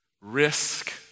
risk